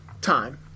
time